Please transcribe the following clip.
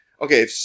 Okay